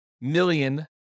million